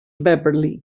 beverly